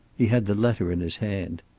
he had the letter in his hand.